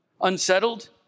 unsettled